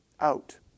out